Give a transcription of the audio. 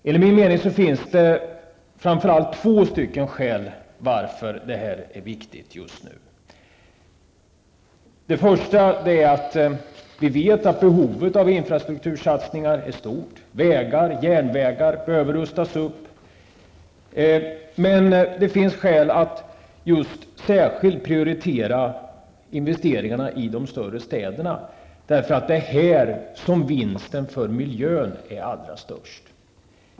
Enligt min mening finns det främst två saker som gör att det här är viktigt just nu. Det första är att vi vet att behovet av infrastruktursatsningar är stort -- vägar och järnvägar behöver rustas upp. Men det finns skäl att särskilt prioritera investeringarna i de större städerna, för det är där som vinsten för miljön är allra störst.